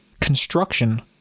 construction